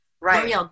Right